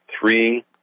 three